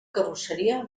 carrosseria